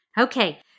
Okay